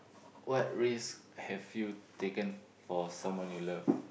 what risk have you taken for someone you love